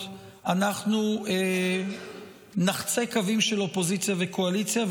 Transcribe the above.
אנחנו נחצה קווים של אופוזיציה וקואליציה,